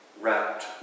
wrapped